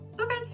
Okay